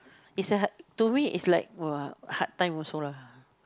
is a like to me is like !wah! hard time also lah